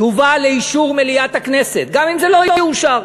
תובא לאישור מליאת הכנסת, גם אם זה לא יאושר,